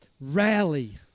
rally